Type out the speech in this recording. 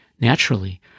Naturally